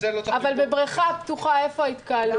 אבל בבריכה פתוחה איפה ההתקהלות?